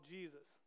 Jesus